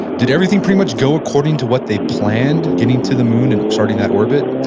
did everything pretty much go according to what they planned, getting to the moon and starting that orbit?